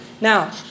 Now